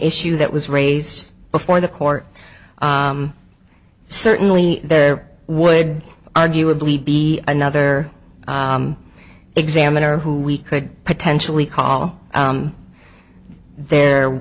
issue that was raised before the court certainly there would arguably be another examiner who we could potentially call there